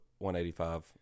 185